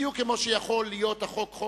בדיוק כמו שהחוק יכול להיות חוק-מופז,